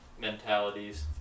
mentalities